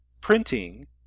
printing